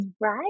right